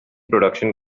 production